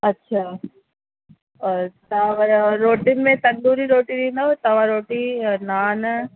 अच्छा और तव्हां अगरि रोटीन में तंदूरी रोटी ॾींदव तवा रोटी नान